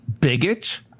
bigot